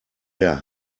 der